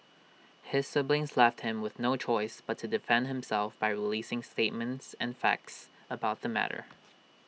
his siblings left him with no choice but to defend himself by releasing statements and facts about the matter